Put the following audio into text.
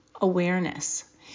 awareness